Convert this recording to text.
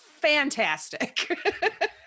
fantastic